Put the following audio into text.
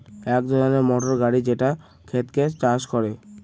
এক ধরনের মোটর গাড়ি যেটা ক্ষেতকে চাষ করে